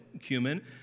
cumin